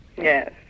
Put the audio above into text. Yes